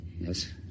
Yes